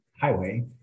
highway